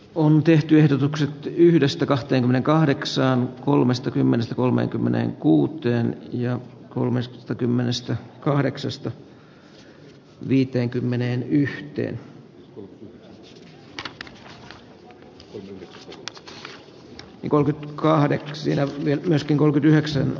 on tehty ehdotukset yhdestä kahteenkymmeneenkahdeksaan kolmestakymmenestä kolmeenkymmeneenkuuteen ja kolmestakymmenestä sama ilmiö oli kahdeksas ja vie lesken kolme yhdeksän